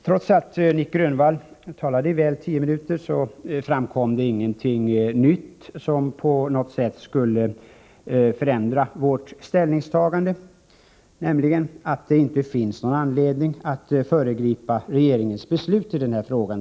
Trots att Nic Grönvall talade i väl tio minuter, framkom det ingenting nytt sorn på något sätt skulle förändra vårt ställningstagande, nämligen att det inte finns någon anledning att föregripa regeringens beslut i denna fråga.